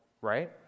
right